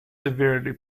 severely